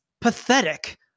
pathetic